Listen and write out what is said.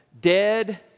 Dead